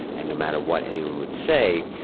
and no matter what anyone would say,